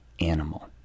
animal